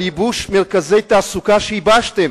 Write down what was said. מרכזי תעסוקה שייבשתם.